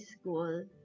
school